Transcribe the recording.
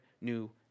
new